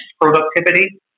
productivity